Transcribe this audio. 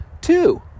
two